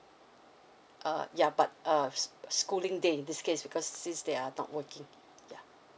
uh yeah but uh schooling day in this case because since they are not working yeah